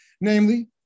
Namely